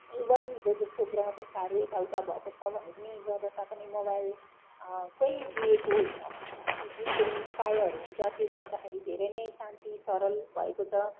even ज जसको ग्रहदशाहरू यताउता भएको छ भने पनि ग्रहदशा पनि मोबाइल कै दिएको जुन चाहिँ उपायहरू हुन्छ त्यो गर्दाखेरि धेरै नै शान्ति सरल भएको छ